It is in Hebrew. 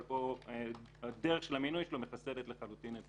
אבל דרך המינוי שלו מחסלת לחלוטין את